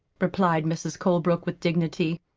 replied mrs. colebrook, with dignity.